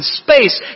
space